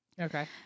Okay